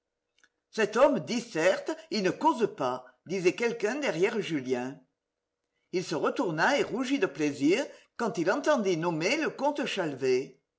cet homme disserte il ne cause pas disait quelqu'un derrière julien il se retourna et rougit de plaisir quand il entendit nommer le comte chalvet